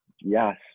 yes